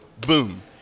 boom